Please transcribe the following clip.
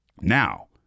Now